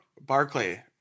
Barclay